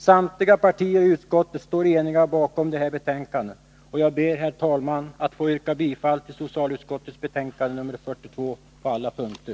Samtliga partier i utskottet står eniga bakom detta betänkande, och jag ber, herr talman, att få yrka bifall till socialutskottets hemställan i betänkande nr 42 på alla punkter.